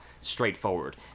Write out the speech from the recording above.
straightforward